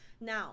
Now